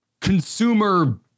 consumer